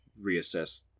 reassess